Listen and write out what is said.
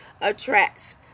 attracts